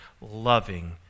loving